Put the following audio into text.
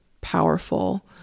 powerful